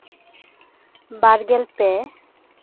ᱵᱟᱨᱜᱮᱞ ᱯᱮ